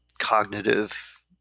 cognitive